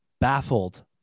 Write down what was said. baffled